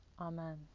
Amen